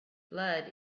blood